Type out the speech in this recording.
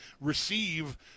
receive